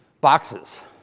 boxes